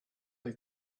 they